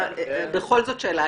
בכל זאת שאלה.